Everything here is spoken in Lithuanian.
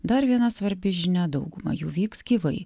dar viena svarbi žinia dauguma jų vyks gyvai